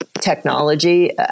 technology